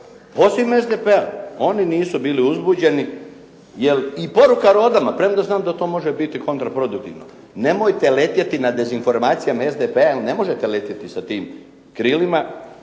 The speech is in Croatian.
Osim SDP-a oni nisu bili uzbuđeni, jer i poruka "Roda"ma, premda znam da to može biti kontraproduktivno. Nemojte letjeti nad dezinformacijama SDP-a jer ne možete letjeti sa tim krilima.